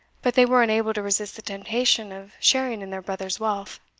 but they were unable to resist the temptation of sharing in their brother's wealth.